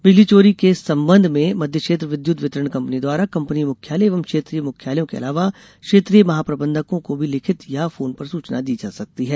बिजली चोरी के संबंध में मध्य क्षेत्र विद्युत वितरण कंपनी द्वारा कंपनी मुख्यालय एवं क्षेत्रीय मुख्यालयों के अलावा क्षेत्रीय महाप्रबंधकों को भी लिखित या फोन पर सूचना दी जा सकती है